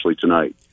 tonight